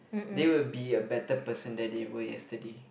they will be a better person then they were yesterday